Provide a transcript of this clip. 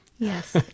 Yes